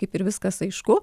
kaip ir viskas aišku